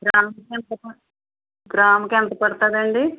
గ్రాముకి ఎంత పడ గ్రాముకి ఎంత పడుతుందండి